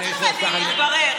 מה זאת אומרת "אם יתברר"?